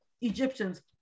egyptians